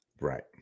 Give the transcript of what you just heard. right